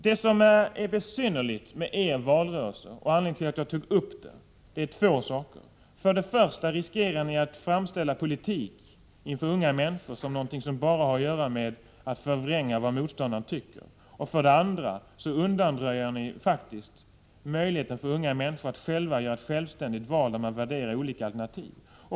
Det som är besynnerligt med er valrörelse och det som är anledningen till att jag tog upp detta ämne är följande: För det första riskerar ni att inför unga människor framställa politik som någonting som bara går ut på att förvränga det som motståndaren säger sig tycka. För det andra undanröjer ni faktiskt möjligheterna för unga människor till ett självständigt val när det gäller att värdera olika alternativ.